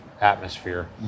atmosphere